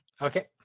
Okay